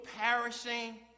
perishing